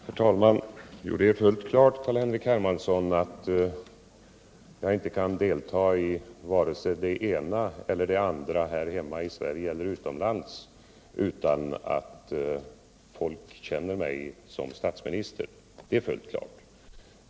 Herr talman! Det är fullt klart, Carl-Henrik Hermansson, att jag inte kan delta i vare sig det ena eller det andra här hemma i Sverige eller utomlands utan att folk känner mig som statsminister.